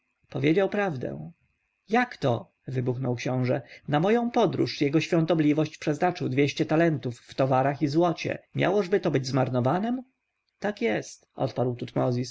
powiedział prawdę jakto wybuchnął książę na moją podróż jego świątobliwość przeznaczył dwieście talentów w towarach i złocie miałożby to być zmarnowanem tak jest odrzekł tutmozis